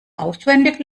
auswendig